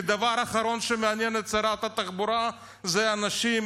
כי הדבר האחרון שמעניין את שרת התחבורה הוא אנשים,